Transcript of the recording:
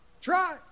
Try